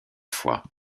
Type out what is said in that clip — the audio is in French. fois